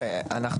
אנחנו